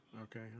Okay